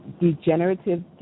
degenerative